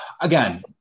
Again